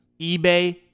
eBay